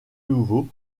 nouveau